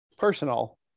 personal